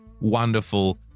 wonderful